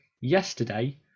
yesterday